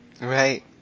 Right